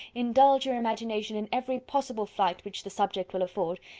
indulge your imagination in every possible flight which the subject will afford,